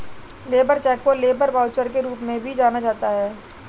labour cheque को labour voucher के रूप में भी जाना जाता है